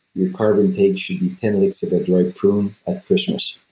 your carb intake should be ten licks of a dried prune at christmas.